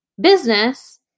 business